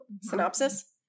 synopsis